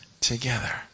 together